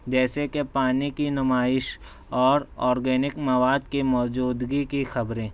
جیسے کہ پانی کی نمائش اور آرگینک مواد کے موجودگی کی خبریں